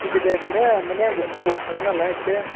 सुबिदिया बेनो माने आं बेयाव गोबाव थागोन नालाय एसे